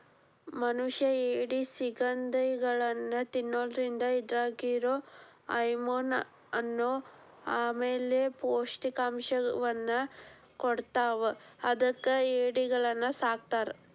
ಮನಷ್ಯಾ ಏಡಿ, ಸಿಗಡಿಗಳನ್ನ ತಿನ್ನೋದ್ರಿಂದ ಇದ್ರಾಗಿರೋ ಅಮೈನೋ ಅನ್ನೋ ಆಮ್ಲ ಪೌಷ್ಟಿಕಾಂಶವನ್ನ ಕೊಡ್ತಾವ ಅದಕ್ಕ ಏಡಿಗಳನ್ನ ಸಾಕ್ತಾರ